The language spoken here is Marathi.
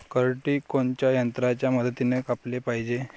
करडी कोनच्या यंत्राच्या मदतीनं कापाले पायजे?